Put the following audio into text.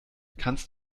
kannst